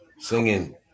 singing